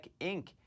Inc